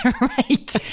Right